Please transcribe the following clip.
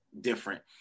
different